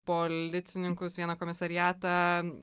policininkus vieną komisariatą